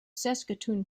saskatoon